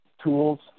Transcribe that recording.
tools